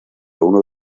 uno